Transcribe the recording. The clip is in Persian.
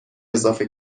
اضافه